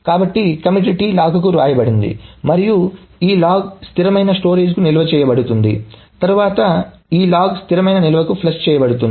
కాబట్టి commit T లాగ్కు వ్రాయబడింది మరియు ఈ లాగ్ స్థిరమైన స్టోరేజీకు నిల్వ చేయబడుతుంది తర్వాత ఈ లాగ్ స్థిరమైన నిల్వకు ఫ్లష్ చేయబడుతుంది